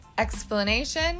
Explanation